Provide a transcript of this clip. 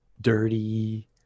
dirty